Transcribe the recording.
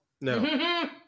No